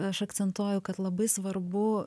aš akcentuoju kad labai svarbu